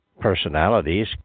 personalities